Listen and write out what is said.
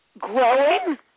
growing